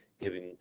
giving